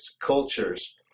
cultures